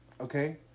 Okay